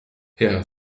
herr